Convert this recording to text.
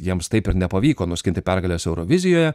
jiems taip ir nepavyko nuskinti pergalės eurovizijoje